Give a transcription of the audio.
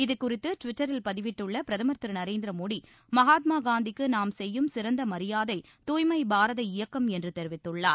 இதுகுறித்து டிவிட்டரில் பதிவிட்டுள்ள பிரதமர் திரு நரேந்திர மோடி மகாத்மா காந்திக்கு நாம் செய்யும் சிறந்த மரியாதை தூய்மை பாரத இயக்கம் என்று தெரிவித்துள்ளார்